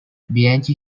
bianchi